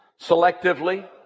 selectively